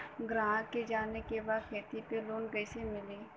ग्राहक के जाने के बा की खेती पे लोन कैसे मीली?